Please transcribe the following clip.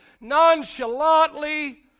nonchalantly